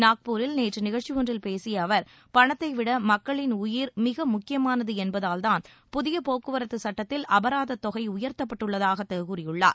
நாக்பூரில் நேற்று நிகழ்ச்சி ஒன்றில் பேசிய அவர் பணத்தைவிட மக்களின் உயிர் மிக முக்கியமானது என்பதால்தான் புதிய போக்குவரத்து சட்டத்தில் அபராதத் தொகை உயர்த்தப்பட்டுள்ளதாகக் கூறியுள்ளார்